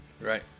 Right